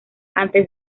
antes